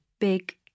big